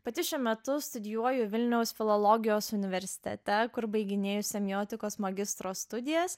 pati šiuo metu studijuoju vilniaus filologijos universitete kur baiginėju semiotikos magistro studijas